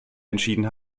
entschieden